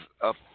up